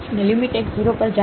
અને limit x 0 પર જાય છે